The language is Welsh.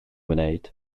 wneud